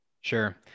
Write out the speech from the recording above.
Sure